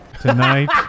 Tonight